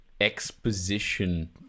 exposition